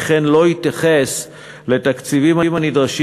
וכן לא התייחס לתקציבים הנדרשים